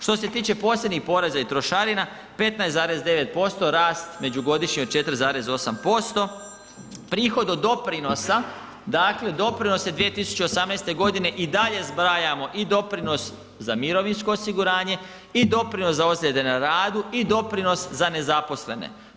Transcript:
Što se tiče posebnih poreza i trošarina 15,9% rast međugodišnji od 4,8%, prihod od doprinosa, dakle doprinosi 2018.g. i dalje zbrajamo i doprinos za mirovinsko osiguranje i doprinos za ozljede na radu i doprinos za nezaposlene.